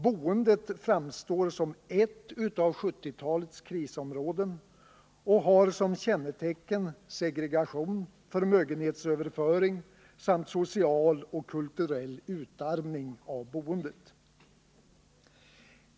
Boendet framstår som ett av 1970-talets krisområden och har som kännetecken segregation, förmögenhetsöverföring samt social och kulturell utarmning av boendet.